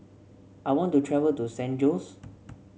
I want to travel to San Jose